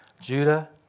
Judah